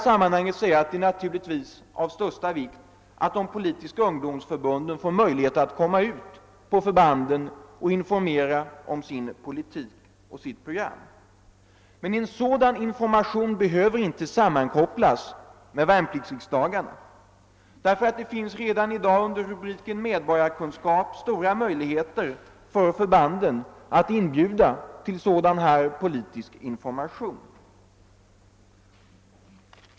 Det är naturligtvis av största vikt att de politiska ungdomsförbunden får möjlighet att komma ut på förbanden och informera om sin politik och sitt program. Men en sådan information behöver inte sammankopplas med värnpliktsriksdagarna, ty det finns redan i dag under "rubriken Medborgarkunskap stora möjligheter för förbanden att in "bjuda till sådan politisk information.